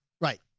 Right